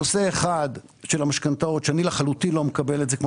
נושא אחד של המשכנתאות שאני לחלוטין לא מקבל את זה וכמו